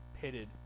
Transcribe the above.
pitted